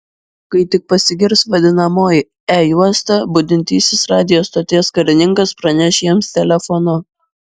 kai tik pasigirs vadinamoji e juosta budintysis radijo stoties karininkas praneš jiems telefonu